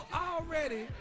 already